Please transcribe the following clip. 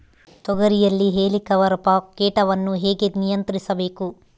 ತೋಗರಿಯಲ್ಲಿ ಹೇಲಿಕವರ್ಪ ಕೇಟವನ್ನು ಹೇಗೆ ನಿಯಂತ್ರಿಸಬೇಕು?